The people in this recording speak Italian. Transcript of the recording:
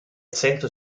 senso